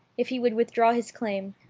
if he would withdraw his claim.